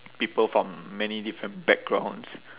people from many different backgrounds